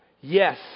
Yes